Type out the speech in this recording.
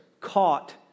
caught